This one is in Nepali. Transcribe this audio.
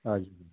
हजुर